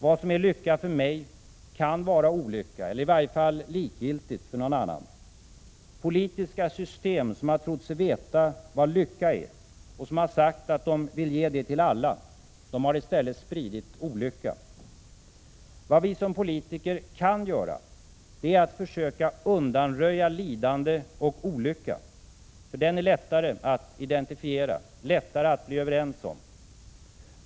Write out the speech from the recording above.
Vad som är lycka för mig kan vara olycka, eller i varje fall likgiltigt, för någon annan. Politiska system som trott sig veta vad lycka är och som sagt sig vilja ge den till alla har i stället spridit olycka. Vad vi som politiker kan göra är att försöka undanröja lidande och olycka. Den är lättare att identifiera, lättare att bli överens om.